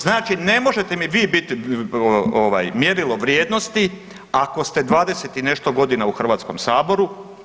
Znači, ne možete mi vi biti mjerilo vrijednosti ako ste 20 i nešto godina u Hrvatskom saboru.